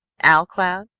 al cloud?